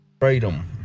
Freedom